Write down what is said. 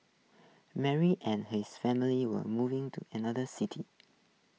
Mary and his family were moving to another city